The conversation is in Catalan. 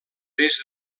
des